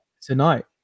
Tonight